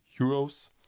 euros